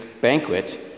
banquet